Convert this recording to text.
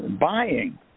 buying